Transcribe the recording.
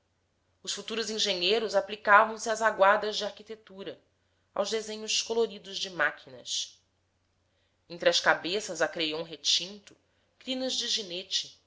os futuros engenheiros aplicavam se às aguadas de arquitetura aos desenhos coloridos de máquinas entre as cabeças a creiom retinto crinas de ginete